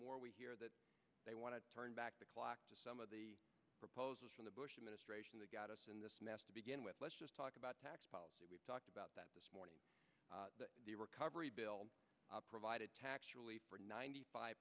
more we hear that they want to turn back the clock to some of the proposals from the bush administration that got us in this mess to begin with let's just talk about tax policy we've talked about that this morning the recovery bill provided tax relief for ninety five